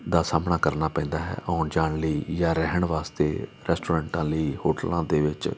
ਦਾ ਸਾਹਮਣਾ ਕਰਨਾ ਪੈਂਦਾ ਹੈ ਆਉਣ ਜਾਣ ਲਈ ਜਾਂ ਰਹਿਣ ਵਾਸਤੇ ਰੈਸਟੋਰੈਂਟਾਂ ਲਈ ਹੋਟਲਾਂ ਦੇ ਵਿੱਚ